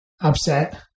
upset